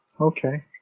Okay